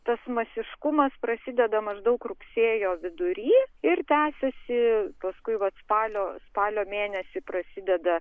tas masiškumas prasideda maždaug rugsėjo vidury ir tęsiasi paskui vat spalio spalio mėnesį prasideda